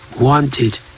Wanted